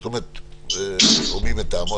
זאת אומרת או גורמים מטעמו,